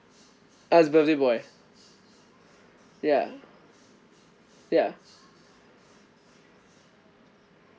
uh it's birthday boy ya ya